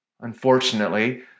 Unfortunately